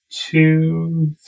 two